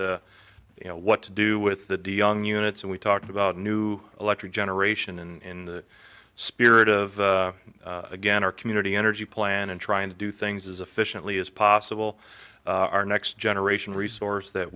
you know what to do with the dion units and we talked about new electric generation in the spirit of again our community energy plan and trying to do things as efficiently as possible our next generation resource that